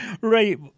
Right